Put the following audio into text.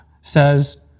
says